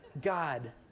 God